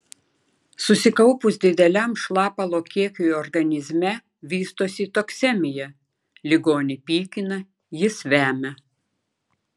susikaupus dideliam šlapalo kiekiui organizme vystosi toksemija ligonį pykina jis vemia